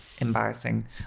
embarrassing